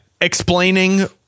explaining